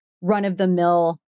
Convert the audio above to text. run-of-the-mill